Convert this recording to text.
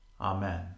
Amen